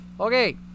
Okay